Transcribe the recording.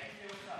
האם זה הוסר?